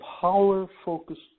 power-focused